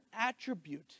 attribute